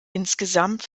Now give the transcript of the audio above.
insgesamt